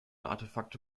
artefakte